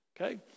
okay